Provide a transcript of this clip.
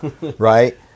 right